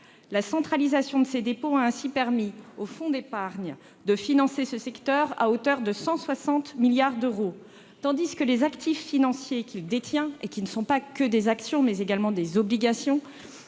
La centralisation de ces dépôts a ainsi permis au fonds d'épargne de financer ce secteur à hauteur de 160 milliards d'euros, tandis que les actifs financiers qu'il détient- ce ne sont pas que des actions, il y a également des obligations,